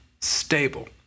stable